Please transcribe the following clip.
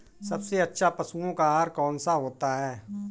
सबसे अच्छा पशुओं का आहार कौन सा होता है?